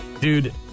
Dude